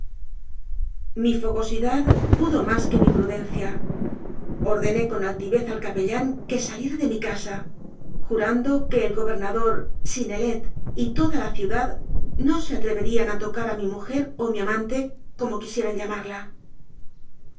mi fogosidad pudo más que mi prudencia or dené con altivez al capellán que saliera de mi casa jurando que el gobernador synnelet y toda la ciudad no se atreverían a tocar a mi mujer o mi amante como quisieran llamarla